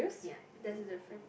ya that's the difference